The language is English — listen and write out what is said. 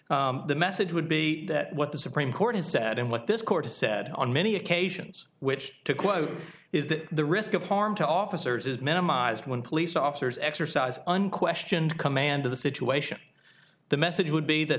the message would be that what the supreme court has said and what this court has said on many occasions which to quote is that the risk of harm to officers is minimized when police officers exercise unquestioned command of the situation the message would be that